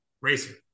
racing